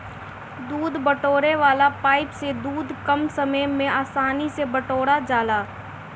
दूध बटोरे वाला पाइप से दूध कम समय में आसानी से बटोरा जाला